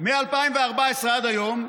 מ-2014 עד היום,